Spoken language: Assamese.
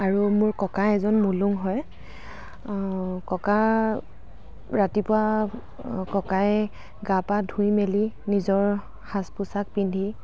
আৰু মোৰ ককা এজন মলুং হয় ককা ৰাতিপুৱা ককাই গা পা ধুই মেলি নিজৰ সাজ পোছাক পিন্ধি